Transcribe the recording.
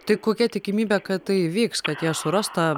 tai kokia tikimybė kad tai įvyks kad jie suras tą